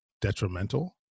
detrimental